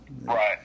right